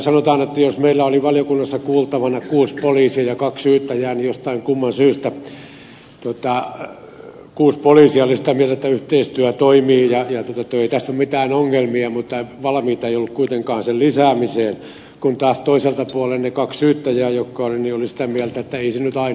sanotaan että jos meillä oli valiokunnassa kuultavana kuusi poliisia ja kaksi syyttäjää niin jostain kumman syystä kuusi poliisia oli sitä mieltä että yhteistyö toimii ja ei tässä ole mitään ongelmia mutta eivät olleet kuitenkaan valmiita sen lisäämiseen kun taas toiselta puolen ne kaksi syyttäjää olivat sitä mieltä että ei se nyt aina ihan niin pelaa